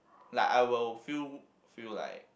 like I will feel feel like